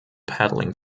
paddling